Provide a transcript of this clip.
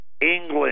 England